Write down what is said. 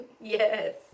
Yes